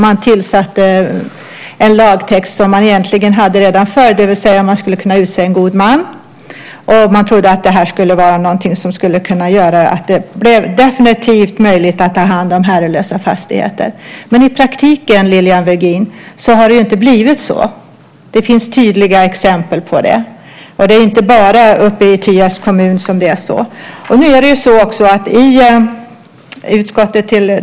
Man skrev en lagtext som egentligen fanns redan tidigare, det vill säga att man skulle kunna utse en god man. Man trodde att det skulle kunna göra att det definitivt blev möjligt att ta hand om herrelösa fastigheter. Men i praktiken har det inte blivit så, Lilian Virgin. Det finns tydliga exempel på det. Det är inte bara i Tierps kommun som det är så.